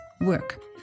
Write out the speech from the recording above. work